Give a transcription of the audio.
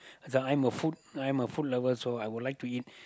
the I'm a food I'm a food lover so I would like to eat